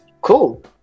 cool